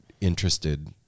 interested